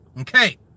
okay